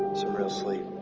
some real sleep.